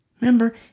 Remember